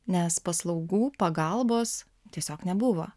nes paslaugų pagalbos tiesiog nebuvo